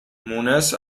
مونس